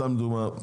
סתם לדוגמה,